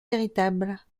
véritable